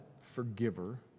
forgiver